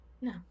No